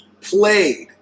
Played